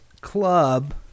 club